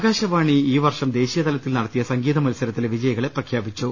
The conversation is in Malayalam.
ആകാശവാണി ഈ വർഷം ദേശീയതലത്തിൽ നടത്തിയ സംഗീതമ ത്സരത്തിലെ വിജയികളെ പ്രഖ്യാപിച്ചു